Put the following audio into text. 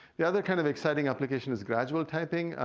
the other kind of exciting application is gradual typing.